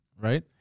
right